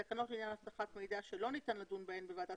תקנות לעניין אבטחת מידע שלא ניתן לדון בהן בוועדת